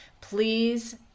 please